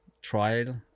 trial